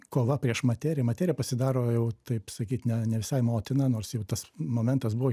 kova prieš materiją materija pasidaro jau taip sakyt ne ne visai motina nors jau tas momentas buvo